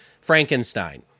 Frankenstein